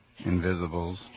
Invisibles